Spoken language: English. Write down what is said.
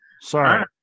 Sorry